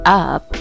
up